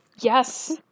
Yes